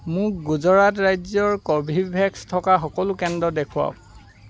মোক গুজৰাট ৰাজ্যৰ কৰ্বীভেক্স থকা সকলো কেন্দ্ৰ দেখুৱাওক